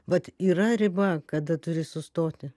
vat yra riba kada turi sustoti